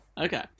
okay